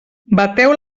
bateu